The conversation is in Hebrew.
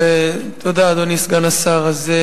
אדוני סגן השר, תודה.